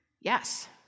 yes